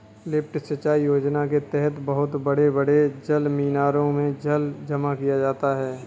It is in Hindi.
लिफ्ट सिंचाई योजना के तहद बहुत बड़े बड़े जलमीनारों में जल जमा किया जाता है